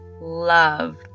love